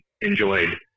enjoyed